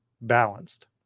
balanced